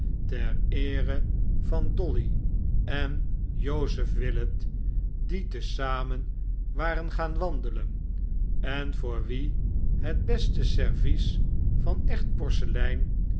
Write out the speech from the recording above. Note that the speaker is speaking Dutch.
ter eere van dolly en jozef willet die te zamen waren gaan wandelen en voor wie het beste servies vanechtporseleininstaatsie